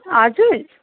हजुर